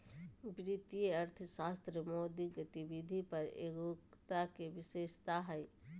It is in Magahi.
वित्तीय अर्थशास्त्र मौद्रिक गतिविधि पर एगोग्रता के विशेषता हइ